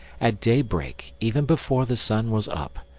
at daybreak, even before the sun was up,